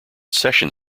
session